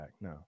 no